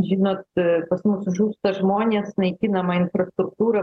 žinot pas mus žūsta žmonės naikinama infrastruktūra